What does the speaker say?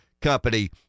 company